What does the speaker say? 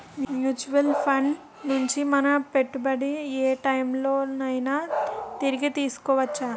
Mutual funds నుండి మన పెట్టుబడిని ఏ టైం లోనైనా తిరిగి తీసుకోవచ్చా?